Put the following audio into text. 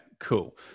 cool